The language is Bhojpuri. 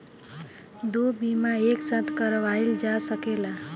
दो बीमा एक साथ करवाईल जा सकेला?